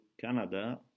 Canada